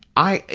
i,